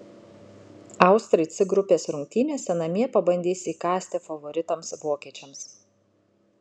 austrai c grupės rungtynėse namie pabandys įkąsti favoritams vokiečiams